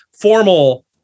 formal